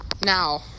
now